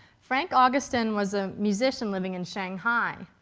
frank augustin was a musician living in shanghai.